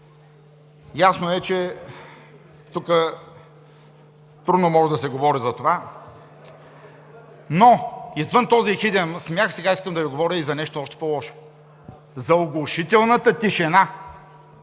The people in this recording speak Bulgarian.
Ясно е, че тук трудно може да се говори за това. Но извън този ехиден смях, сега искам да Ви говоря и за нещо още по-лошо – за оглушителната тишина